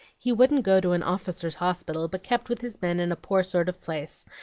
he wouldn't go to an officer's hospital, but kept with his men in a poor sort of place,